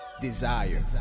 desire